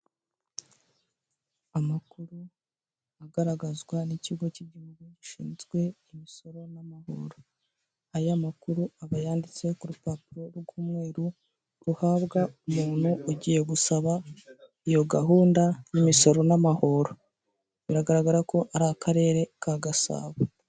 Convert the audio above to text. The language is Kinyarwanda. Amakuru agaragazwa n'ikigo cy'igihugu gishinzwe imisoro n'amahoro, aya makuru akaba yanditse ku rupapuro rw'umweru ruhabwa umuntu ugiye gusaba iyo gahunda y'imisoro n'amahoro, biragaragara ko ari akarere ka Gasabo.